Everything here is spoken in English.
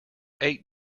eight